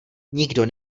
nikdo